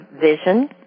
vision